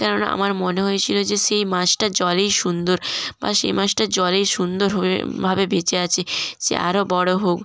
কেননা আমার মনে হয়েছিল যে সেই মাছটা জলেই সুন্দর বা সেই মাছটা জলেই সুন্দর হয়ে ভাবে বেঁচে আছে সে আরও বড় হোক